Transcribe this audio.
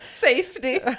Safety